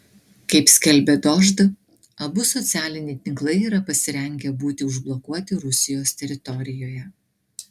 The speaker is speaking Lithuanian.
kaip skelbia dožd abu socialiniai tinklai yra pasirengę būti užblokuoti rusijos teritorijoje